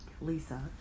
Lisa